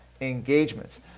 engagements